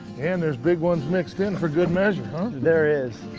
and there's big ones mixed in for good measure, huh? there is.